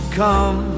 come